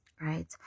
Right